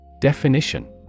Definition